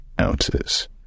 ounces